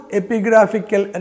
epigraphical